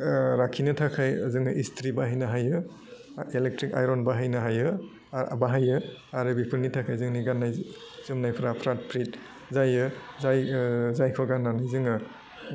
ओह लाखिनो थाखाय जोंनो इस्ट्रि बाहायनो हायो ओह इलेकट्रिक आइरन बाहायनो हायो आह बाहाइयो आरो बेफोरनि थाखाय जोंनि गान्नाय जोमनायफ्रा फ्राद फ्रिद जायो जाय ओह जायखौ गान्नानै जोङो